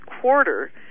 quarter